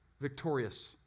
victorious